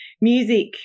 music